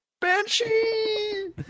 Banshee